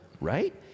right